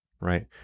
right